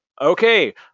okay